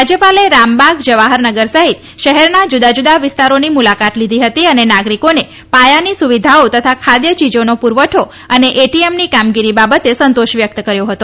રાજયપાલે રામબાગ જવાહરનગર સહિત શહેરના જુદા જુદા વિસ્તારોની મુલાકાત લીધી હતી અને નાગરીકોને પાયાની સુવિધાઓ તથા ખાદ્ય ચીજાનો પુરવઠો અને એટીએમની કામગીરી બાબતે સંતોષ વ્યકત કર્યો હતો